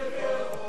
שקר.